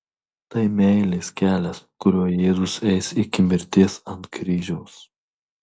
tai meilės kelias kuriuo jėzus eis iki mirties ant kryžiaus